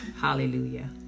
Hallelujah